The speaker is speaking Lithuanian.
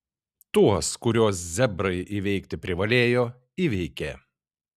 tuos kuriuos zebrai įveikti privalėjo įveikė